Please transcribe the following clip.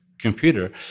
Computer